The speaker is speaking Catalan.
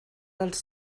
dels